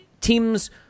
teams